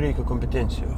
reikia kompetencijų